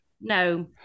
No